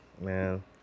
man